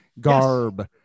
garb